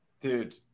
dude